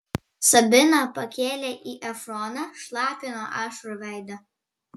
sabina pakėlė į efroną šlapią nuo ašarų veidą